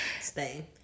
Stay